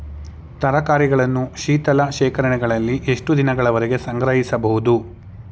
ತರಕಾರಿಗಳನ್ನು ಶೀತಲ ಶೇಖರಣೆಗಳಲ್ಲಿ ಎಷ್ಟು ದಿನಗಳವರೆಗೆ ಸಂಗ್ರಹಿಸಬಹುದು?